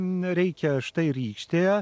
reikia štai rykštė